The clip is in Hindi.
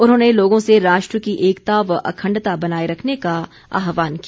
उन्होंने लोगों से राष्ट्र की एकता व अखण्डता बनाए रखने का आह्वान किया